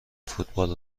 فوتبال